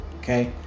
Okay